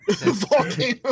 Volcano